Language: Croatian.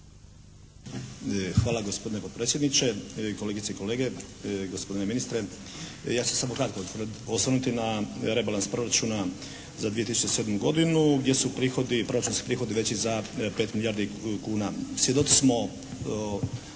Hvala gospodine potpredsjedniče. Kolegice i kolege, gospodine ministre. Ja ću se samo kratko osvrnuti na rebalans proračuna za 2007. godinu gdje su proračunski prihodi veći za 5 milijardi kuna. Svjedoci smo